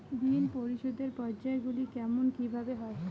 ঋণ পরিশোধের পর্যায়গুলি কেমন কিভাবে হয়?